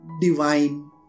divine